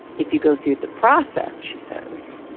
if you go through the process, she says,